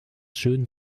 schön